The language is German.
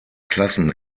klassen